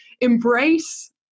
embrace